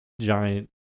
giant